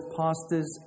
pastors